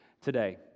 today